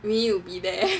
need to be there